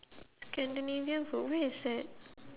scandinavian food where is that